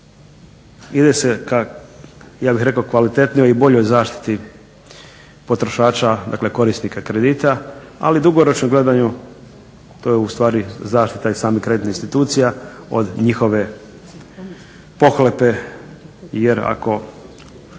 rekao kvalitetnijoj i boljoj zaštiti potrošača, dakle, korisnika kredita ali dugoročnom gledanju to je ustvari zaštita i samih kreditnih institucija od njihove pohlepe.